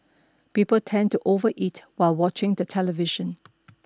people tend to overeat while watching the television